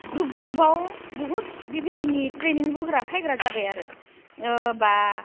group ग्रुपआव बहुत बेबायदिनि ट्रेनिं होग्रा फैग्रा जाबाय आरो बा